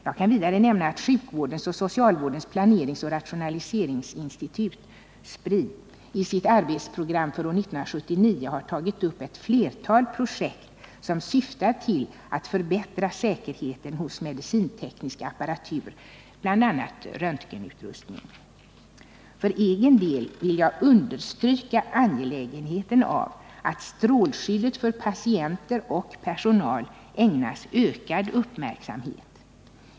Jag kan vidare nämna att sjukvårdens och socialvårdens planeringsoch rationaliseringsinstitut, SPRI, i sitt arbetsprogram för år 1979 har tagit upp flera projekt som syftar till att förbättra säkerheten hos medicinteknisk apparatur, bl.a. röntgenutrustning. För egen del vill jag understryka angelägenheten av att strålskyddet för patienter och personal ägnas ökad uppmärksamhet.